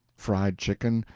fried chicken,